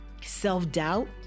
self-doubt